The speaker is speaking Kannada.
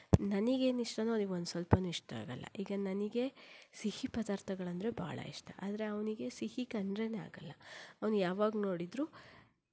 ನನಗೇನು ಇಷ್ಟವೋ ಅವನಿಗೊಂದು ಸ್ವಲ್ಪವೂ ಇಷ್ಟ ಆಗಲ್ಲ ಈಗ ನನಗೆ ಸಿಹಿ ಪದಾರ್ಥಗಳಂದರೆ ಬಹಳ ಇಷ್ಟ ಆದರೆ ಅವನಿಗೆ ಸಿಹಿ ಕಂಡರೇ ಆಗಲ್ಲ ಅವನು ಯಾವಾಗ ನೋಡಿದರೂ